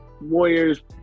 Warriors